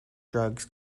drugs